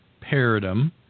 paradigm